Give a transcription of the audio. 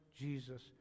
Jesus